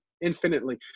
infinitely